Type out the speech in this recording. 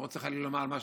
לא רוצה חלילה לומר,